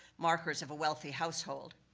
markers of a wealthy household.